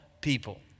people